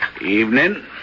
Evening